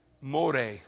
more